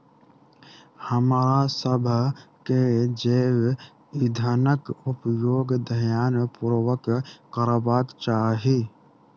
हमरासभ के जैव ईंधनक उपयोग ध्यान पूर्वक करबाक चाही